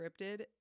scripted